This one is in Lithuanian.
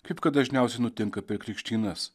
kaip kad dažniausiai nutinka per krikštynas